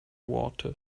water